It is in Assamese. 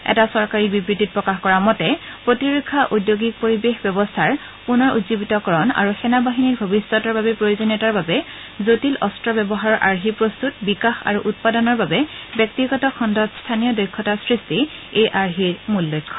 এটা চৰকাৰী বিবৃতিত প্ৰকাশ কৰা মতে প্ৰতিৰক্ষা উদ্যোগিক পৰিৱেশ ব্যৱস্থাৰ পুনৰ উজ্জীৱিতকৰণ আৰু সেনা বাহিনীৰ ভৱিষ্যত প্ৰয়োজনীয়তাৰ বাবে জটিল অস্ত্ৰ ব্যৱস্থাৰ আৰ্হি প্ৰস্তত বিকাশ আৰু উৎপাদনৰ বাবে ব্যক্তিগত খণ্ডত স্থানীয় দক্ষতা সৃষ্টি এই আৰ্হিৰ মূল লক্ষ্য